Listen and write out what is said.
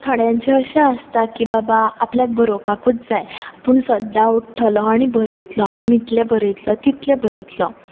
थोड्यांचें अशें आसता की बाबा आपल्याक बरोवपाकूच जाय आपूण सद्दा उठलो आनी बरयतलो आपूण इतलें बरयतलो तितलें बरयतलो